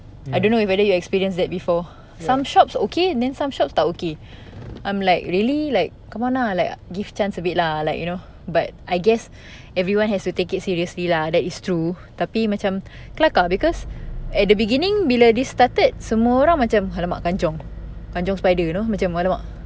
I don't know whether you experience that before some shops okay and then some shops tak okay I'm like really like come on lah like give chance a bit lah like you know but I guess everyone has to take it seriously lah that is true tapi macam kelakar because at the beginning bila this started semua orang macam !alamak! kanchiong kanchiong spider you know macam !alamak!